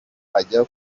ajya